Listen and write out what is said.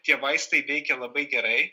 tie vaistai veikia labai gerai